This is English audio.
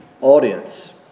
audience